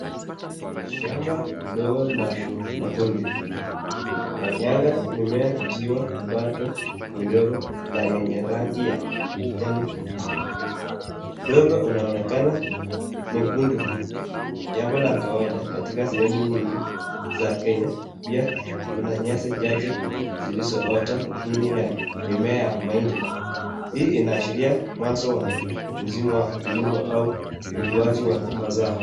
Shamba ndogo la mahindi machanga mimea ikiwa kidogo bado yenye rangi ya kijani kibichi. Udongo unaonekana mwekundu uko kawaida katika sehemu nyingi za kenya pia kuna nyasi chache zilizoota chini ya mimea ya mahindi, hii inaashiria mwanzo wa msimu wa kilimo au ukuaji wa mazao.